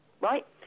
right